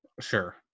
Sure